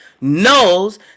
knows